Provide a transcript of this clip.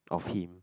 of him